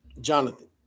Jonathan